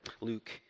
Luke